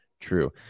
true